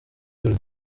tour